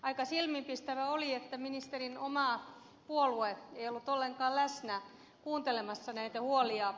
aika silmiinpistävää oli että ministerin oma puolue ei ollut ollenkaan läsnä kuuntelemassa näitä huolia